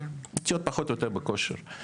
להיות פחות או יותר בכושר.